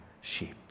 sheep